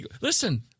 Listen